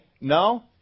No